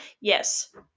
Yes